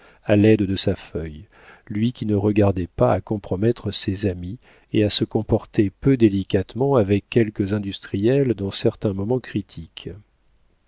à l'aide de sa feuille lui qui ne regardait pas à compromettre ses amis et à se comporter peu délicatement avec quelques industriels dans certains moments critiques